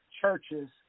churches